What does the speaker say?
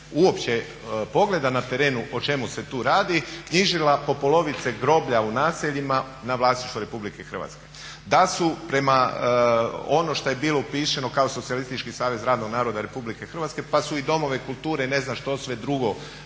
uopće pogleda na terenu o čemu se tu radi knjižila po polovice groblja u naseljima na vlasništvo RH. Da su prema ono što je bilo upisano kao socijalistički savez radnog naroda Republike Hrvatske pa su i domove kulture i ne znam što sve drugo